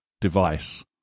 device